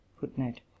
Footnote